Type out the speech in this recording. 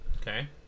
Okay